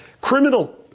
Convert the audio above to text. Criminal